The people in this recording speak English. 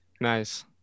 Nice